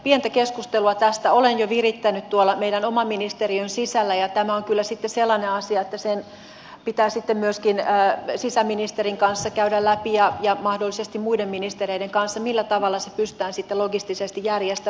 pientä keskustelua tästä olen jo virittänyt tuolla meidän oman ministeriömme sisällä ja tämä on kyllä sitten sellainen asia että se pitää myöskin sisäministerin kanssa käydä läpi ja mahdollisesti muiden ministereiden kanssa millä tavalla se pystytään sitten logistisesti järjestämään